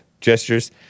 gestures